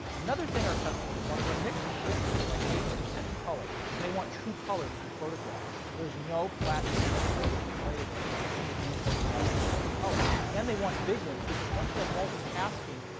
another thing our customers want is our mix has shifted to, like, eighty percent color. and they want true color to do photographs. there is no flat panel color display today that will do photographic-quality color. and they want big ones, because once you have multitasking,